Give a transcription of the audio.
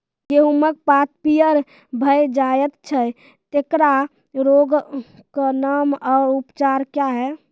गेहूँमक पात पीअर भअ जायत छै, तेकरा रोगऽक नाम आ उपचार क्या है?